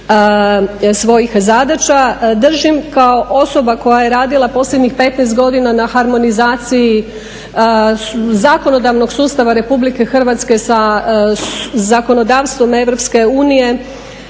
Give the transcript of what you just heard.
svojih zadaća. Držim kao osoba koja je radila posljednjih 15 godina na harmonizaciji zakonodavnog sustava Republike Hrvatske sa zakonodavstvom Europske unije